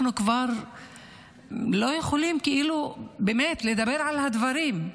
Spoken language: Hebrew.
אנחנו כבר לא יכולים באמת לדבר על הדברים.